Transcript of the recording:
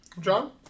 John